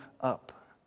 up